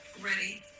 Ready